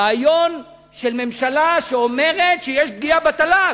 רעיון של ממשלה שאומרת שיש פגיעה בתל"ג,